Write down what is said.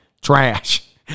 Trash